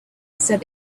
said